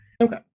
Okay